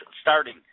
starting